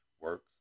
works